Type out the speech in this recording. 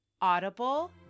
Audible